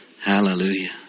Hallelujah